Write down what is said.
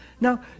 Now